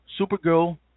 Supergirl